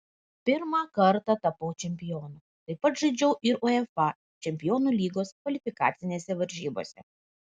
pirmą kartą tapau čempionu taip pat žaidžiau ir uefa čempionų lygos kvalifikacinėse varžybose